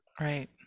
Right